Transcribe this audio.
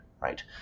right